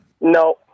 No